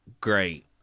great